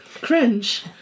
Cringe